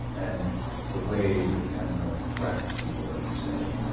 and the way the camera tracks people as you say,